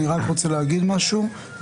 אני רק רוצה להגיד משהו,